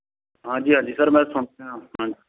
ਹਾਂਜੀ ਹਾਂਜੀ ਸਰ ਮੈਂ